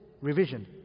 Revision